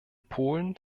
polen